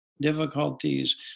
difficulties